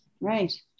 right